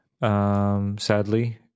Sadly